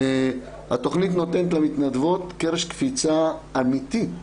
התוכנית נותנת למתנדבות קרש קפיצה אמיתי.